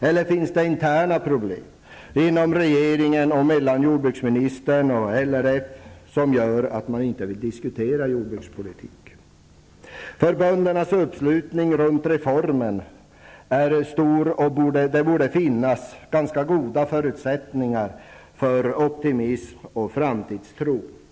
Finns det möjligen interna problem inom regeringen eller problem mellan jordbruksministern och LRF som gör att man inte vill diskutera jordbrukspolitik? Böndernas uppslutning kring reformen är stor, och det borde finnas ganska goda förutsättningar för optimism och framtidstro.